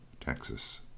Texas